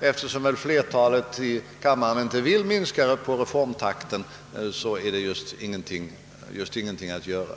eftersom flertalet i kammaren inte vill minska reformtakten finns det just ingenting att göra.